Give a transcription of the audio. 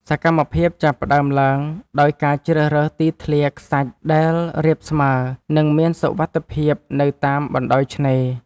សកម្មភាពចាប់ផ្ដើមឡើងដោយការជ្រើសរើសទីធ្លាខ្សាច់ដែលរាបស្មើ និងមានសុវត្ថិភាពនៅតាមបណ្ដោយឆ្នេរ។